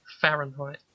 Fahrenheit